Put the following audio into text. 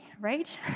right